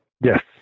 Yes